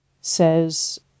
says